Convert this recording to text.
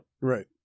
Right